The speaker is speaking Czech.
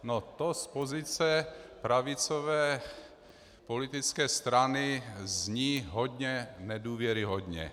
To z pozice pravicové politické strany zní hodně nedůvěryhodně.